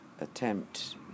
attempt